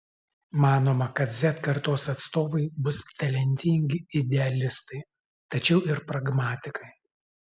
manoma kad z kartos atstovai bus talentingi idealistai tačiau ir pragmatikai